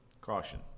Caution